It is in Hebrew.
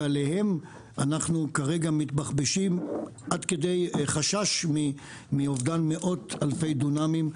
ועליהם אנחנו כרגע מתבחבשים עד כדי חשש מאובדן מאות אלפי דונמים,